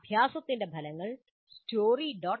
അഭ്യാസത്തിന്റെ ഫലങ്ങൾ story